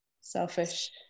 selfish